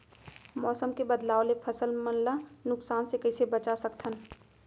मौसम के बदलाव ले फसल मन ला नुकसान से कइसे बचा सकथन?